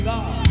God